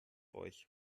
euch